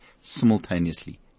simultaneously